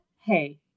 Hey